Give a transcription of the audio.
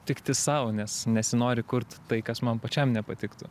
tikti sau nes nesinori kurt tai kas man pačiam nepatiktų